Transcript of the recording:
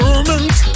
Moment